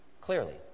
Clearly